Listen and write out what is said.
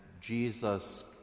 Jesus